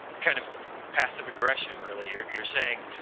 kind of passive aggression, really you're you're saying,